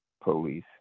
police